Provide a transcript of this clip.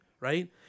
right